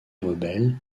rebelles